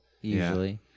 usually